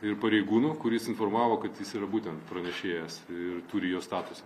ir pareigūnu kuris informavo kad jis yra būtent pranešėjas ir turi jo statusą